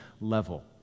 level